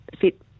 fit